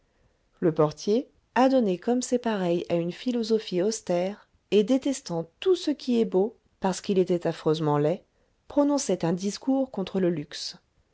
le portier adonné comme ses pareils à une philosophie austère et détestant tout ce qui est beau parce qu'il était affreusement laid prononçait un discours contre le luxe